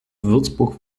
würzburg